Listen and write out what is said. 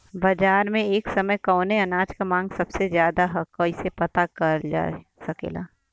बाजार में एक समय कवने अनाज क मांग सबसे ज्यादा ह कइसे पता लगावल जा सकेला?